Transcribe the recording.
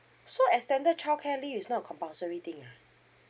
so extended childcare leave is not compulsory thing ah